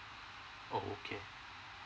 oh okay